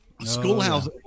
Schoolhouse